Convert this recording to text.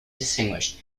distinguished